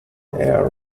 air